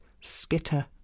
skitter